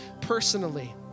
personally